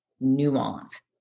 nuance